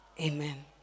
Amen